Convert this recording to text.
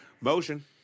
Motion